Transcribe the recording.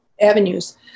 avenues